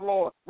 Lord